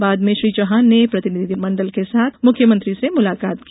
बाद में श्री चौहान ने प्रतिनिधिमंडल के साथ मुख्यमंत्री से मुलाकात की